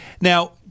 Now-